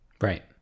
right